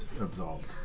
absolved